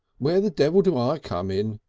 where the devil do i come in?